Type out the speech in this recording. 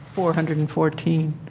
four hundred and fourteen.